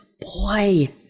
boy